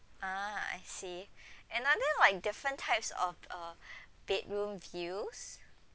ah I see and are there like different types of uh bedroom views